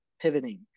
pivoting